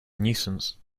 nuisance